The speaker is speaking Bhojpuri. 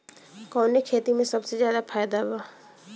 कवने खेती में सबसे ज्यादा फायदा बा?